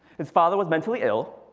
his father was mentally ill,